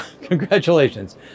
Congratulations